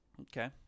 Okay